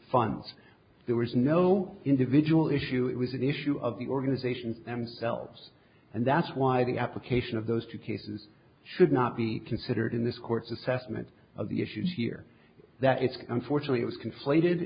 funds there was no individual issue it was an issue of the organization themselves and that's why the application of those two cases should not be considered in this court's assessment of the issues here that it's unfortunate it was conflated